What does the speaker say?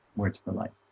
word for life